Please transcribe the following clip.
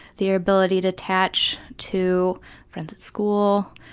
the ability to attach to friends at school,